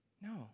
No